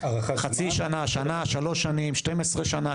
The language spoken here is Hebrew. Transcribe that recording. חצי שנה, שנה, שלוש שנים, 12 שנה?